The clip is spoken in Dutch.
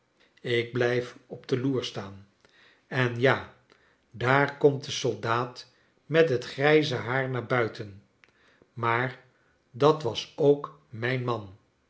ik blijf op de loer staan en ja daar komt de soldaat met het grijze haar naar buiten maar dat was ook mijn man